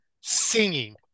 singing